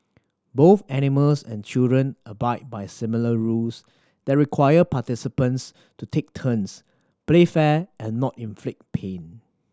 both animals and children abide by similar rules that require participants to take turns play fair and not inflict pain